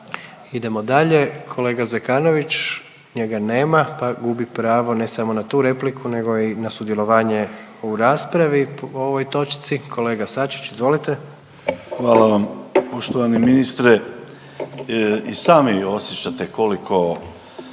Idemo dalje, kolega Zekanović, njega nema, pa gubi pravo ne samo na tu repliku nego i na sudjelovanje u raspravi po ovoj točci. Kolega Sačić izvolite. **Sačić, Željko (Hrvatski suverenisti)**